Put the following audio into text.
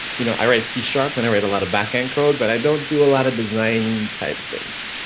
you know, i write c sharp when i read a lot of back end code, but i don't do a lot of design type things,